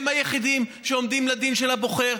הם היחידים שעומדים לדין הבוחר,